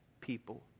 people